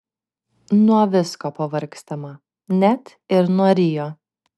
nuo visko pavargstama net ir nuo rio